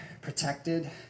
protected